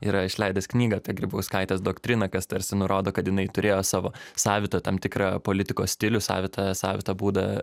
yra išleidęs knygą apie grybauskaitės doktriną kas tarsi nurodo kad jinai turėjo savo savitą tam tikra politikos stilių savitą savitą būdą